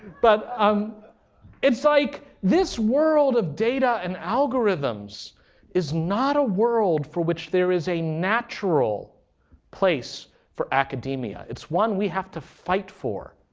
but um like this world of data and algorithms is not a world for which there is a natural place for academia. it's one we have to fight for.